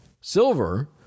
Silver